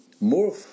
more